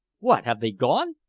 what, have they gone?